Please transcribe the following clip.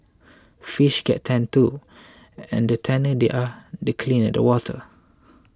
fish get tanned too and the tanner they are the cleaner the water